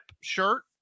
shirt